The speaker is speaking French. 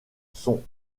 sont